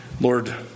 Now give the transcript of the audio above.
lord